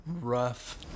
rough